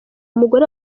umugore